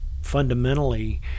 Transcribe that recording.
fundamentally